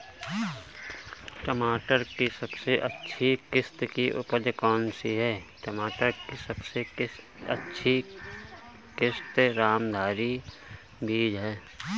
टमाटर की सबसे अच्छी किश्त की उपज कौन सी है?